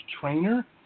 trainer